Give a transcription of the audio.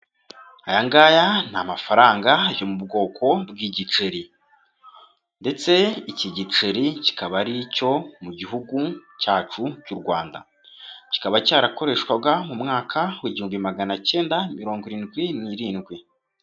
Aya ngaya ni amafaranga yo mu bwoko bw'igiceri, ndetse iki giceri kikaba ari icyo mu gihugu cyacu cy'u Rwanda, kikaba cyarakoreshwaga mu mwaka w' igihumbi magana acyenda mirongo irindwi n'irindwi.